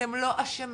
אתם לא אשמים,